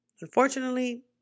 Unfortunately